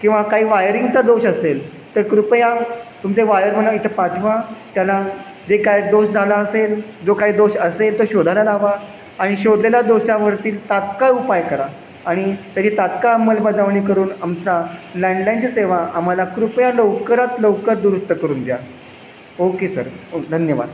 किंवा काही वायरिंगचा दोष असेल तर कृपया तुमच्या वायरमनला इथं पाठवा त्याला जे काय दोष झाला असेल जो काय दोष असेल तो शोधायला लावा आणि शोधलेल्या दोषावरती तात्काळ उपाय करा आणि त्याची तात्काळ अंमलबजावणी करून आमचा लँडलाईनची सेवा आम्हाला कृपया लवकरात लवकर दुरुस्त करून द्या ओके सर ओ धन्यवाद